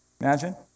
Imagine